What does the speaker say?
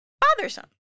bothersome